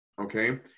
okay